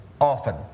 often